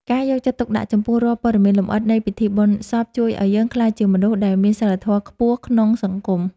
ការយកចិត្តទុកដាក់ចំពោះរាល់ព័ត៌មានលម្អិតនៃពិធីបុណ្យសពជួយឱ្យយើងក្លាយជាមនុស្សដែលមានសីលធម៌ខ្ពស់ក្នុងសង្គម។